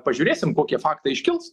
pažiūrėsim kokie faktai iškils